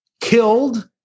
killed